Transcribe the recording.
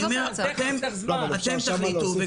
אתם תחליטו.